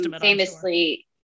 famously